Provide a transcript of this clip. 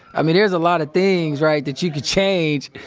i mean there's a lot of things, right, that you could change.